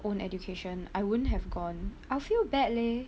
own education I wouldn't have gone I feel bad leh